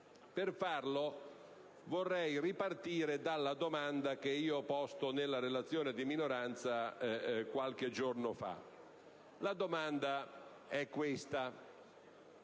Per farlo vorrei ripartire dalla domanda che io stesso ho posto nella relazione di minoranza qualche giorno fa. Poiché quando